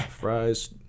Fries